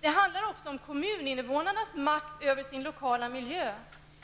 Det handlar också om kommuninvånarnas makt över sin lokala miljö.